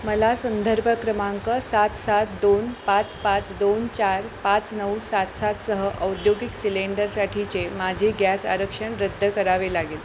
मला संदर्भ क्रमांक सात सात दोन पाच पाच दोन चार पाच नऊ सात सातसह औद्योगिक सिलेंडरसाठीचे माझे गॅस आरक्षण रद्द करावे लागेल